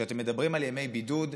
כשאתם מדברים על ימי בידוד,